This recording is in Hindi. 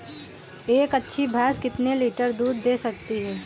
एक अच्छी भैंस कितनी लीटर दूध दे सकती है?